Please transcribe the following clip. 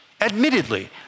Admittedly